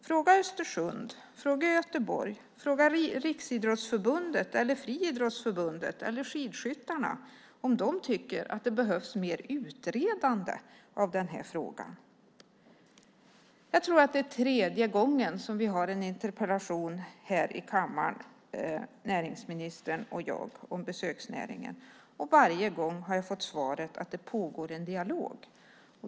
Fråga Östersund, Göteborg, Riksidrottsförbundet, Friidrottsförbundet eller Skidskytteförbundet om de tycker att det behövs mer utredande av denna fråga! Jag tror att det är tredje gången näringsministern och jag har en interpellationsdebatt om besöksnäringen. Varje gång har jag fått svaret att det pågår en dialog.